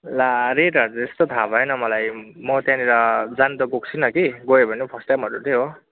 ला रेटहरू चाहिँ त्यस्तो थाहा भएन मलाई म त्यहाँनिर जानु त गएको छुइनँ कि गएँ भने पनि फर्स्टटाइमहरू नै हो